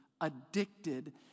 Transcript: addicted